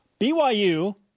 BYU